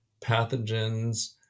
pathogens